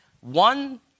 One